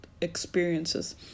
experiences